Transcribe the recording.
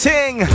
Ting